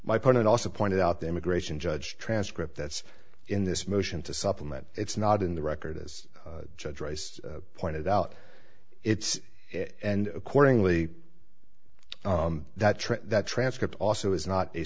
point and also pointed out the immigration judge transcript that's in this motion to supplement it's not in the record as judge pointed out it's and accordingly that that transcript also is not a